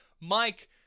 Mike